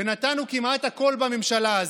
נתנו כמעט הכול בממשלה הזאת.